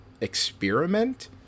experiment